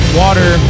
water